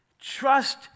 Trust